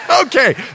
Okay